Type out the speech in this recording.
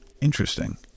Interesting